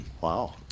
Wow